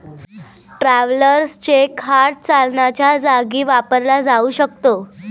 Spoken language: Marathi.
ट्रॅव्हलर्स चेक हार्ड चलनाच्या जागी वापरला जाऊ शकतो